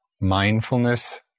mindfulness